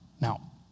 Now